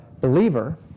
believer